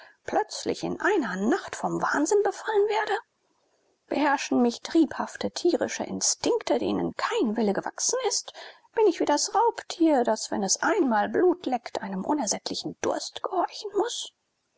plötzlich in einer nacht vom wahnsinn befallen werde beherrschen mich triebhafte tierische instinkte denen kein wille gewachsen ist bin ich wie das raubtier das wenn es einmal blut leckt einem unersättlichen durst gehorchen muß